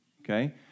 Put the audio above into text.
Okay